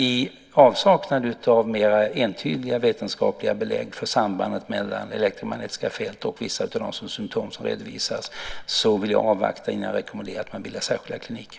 I avsaknad av mer entydiga vetenskapliga belägg för sambandet mellan elektromagnetiska fält och vissa av de symtom som redovisas vill jag avvakta innan jag rekommenderar att man bildar särskilda kliniker.